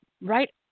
right